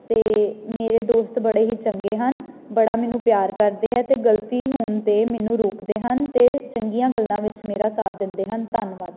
ਅਤੇ ਮੇਰੇ ਦੋਸਤ ਬੜੇ ਹੀ ਚੰਗੇ ਹਨ ਬੜਾ ਮੈਨੂੰ ਪਿਆਰ ਕਰਦੇ ਹੈ ਅਤੇ ਗਲਤੀ ਹੋਣ 'ਤੇ ਮੈਨੂੰ ਰੋਕਦੇ ਹਨ ਅਤੇ ਚੰਗੀਆਂ ਗੱਲਾਂ ਵਿੱਚ ਮੇਰਾ ਸਾਥ ਦਿੰਦੇ ਹਨ ਧੰਨਵਾਦ